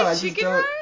Chicken